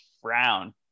frown